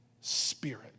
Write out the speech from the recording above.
spirit